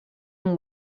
amb